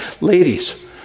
Ladies